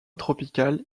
tropicale